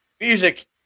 Music